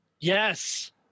Yes